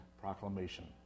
proclamation